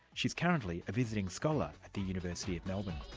she's currently a visiting scholar at the university of melbourne.